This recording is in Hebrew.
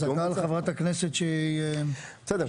טענה חברת הכנסת שהתיאום בוצע --- בסדר.